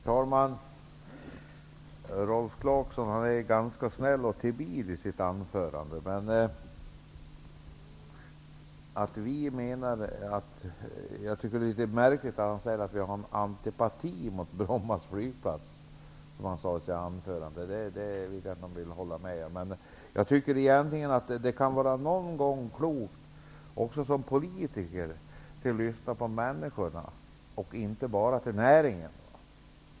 Herr talman! Rolf Clarkson är ganska snäll och timid i sitt anförande. Jag tycker att det är märkligt när han säger att vi har antipati mot Bromma flygplats. Det vill jag inte hålla med om. Det kan någon gång vara klokt att också som politiker lyssna på människorna och inte bara till näringen.